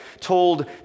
told